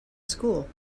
school